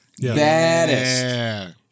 baddest